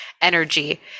energy